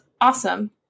awesome